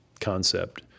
concept